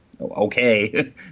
okay